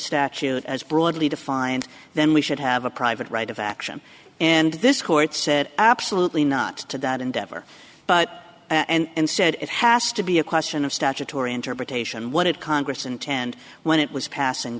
statute as broadly defined then we should have a private right of action and this court said absolutely not to that endeavor but and said it has to be a question of statutory interpretation what it congress intend when it was passing